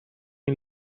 این